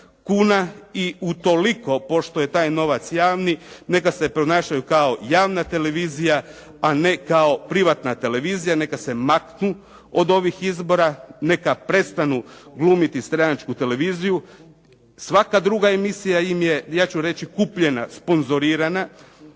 i utoliko pošto je taj novac javni neka se ponašaju kao javna televizija a neka privatna televizija neka se maknu od ovih izbora, neka prestanu glumiti stranačku televiziju, svaka druga emisija im je ja ću reći kupljena, sponzorirana,